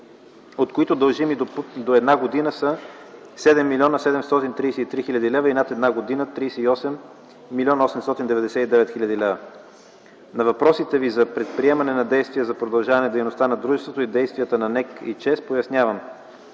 от които дължимите до една година са 7 млн. 733 хил. лв., а над една година – 38 млн. 899 хил. лв. На въпросите Ви за предприемане на действия за продължаване дейността на дружеството и действията на НЕК и ЧЕЗ пояснявам,